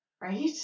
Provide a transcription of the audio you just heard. Right